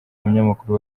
umunyamakuru